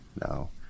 No